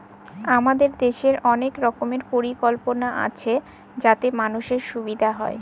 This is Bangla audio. আমাদের দেশের অনেক রকমের পরিকল্পনা আছে যাতে মানুষের সুবিধা হয়